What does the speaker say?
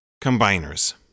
combiners